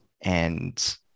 and-